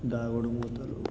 దాగుడుమూతలు